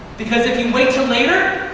because if you wait till later?